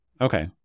Okay